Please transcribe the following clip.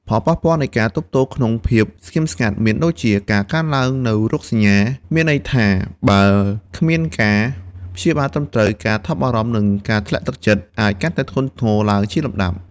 ផលប៉ះពាល់នៃការទប់ទល់ក្នុងភាពស្ងៀមស្ងាត់មានដូចជា ការកើនឡើងនូវរោគសញ្ញា មានន័យថាបើគ្មានការព្យាបាលត្រឹមត្រូវ ការថប់បារម្ភ និងការធ្លាក់ទឹកចិត្តអាចកាន់តែធ្ងន់ធ្ងរឡើងជាលំដាប់។